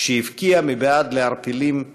שהבקיע מבעד לערפילים הסמיכים.